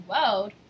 world